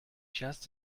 just